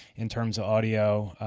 in terms of audio,